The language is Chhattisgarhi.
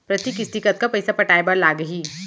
प्रति किस्ती कतका पइसा पटाये बर लागही?